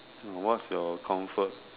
and what's your comfort